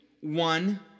one